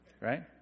right